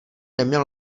neměl